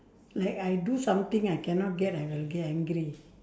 like I do something I cannot get I will get angry